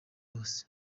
bose